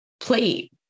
plate